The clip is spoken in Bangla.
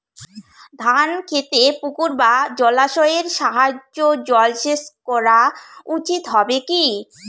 ধান খেতে পুকুর বা জলাশয়ের সাহায্যে জলসেচ করা উচিৎ হবে কি?